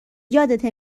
یادته